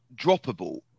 droppable